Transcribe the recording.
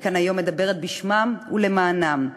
אני כאן היום מדברת בשמם ולמענם.